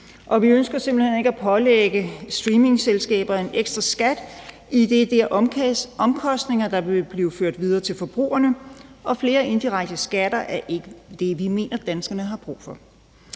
hen ikke at pålægge streamingselskaber en ekstra skat, idet det er omkostninger, der vil blive ført videre til forbrugerne, og flere indirekte skatter er ikke det, vi mener danskerne har brug for.